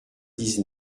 dix